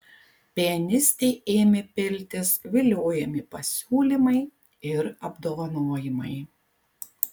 pianistei ėmė piltis viliojami pasiūlymai ir apdovanojimai